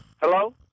Hello